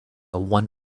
won